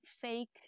fake